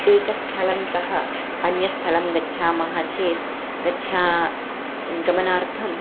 एकस्थलात् अन्यस्थलं गच्छामः चेत् गच्छ गमनार्थं